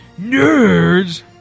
Nerds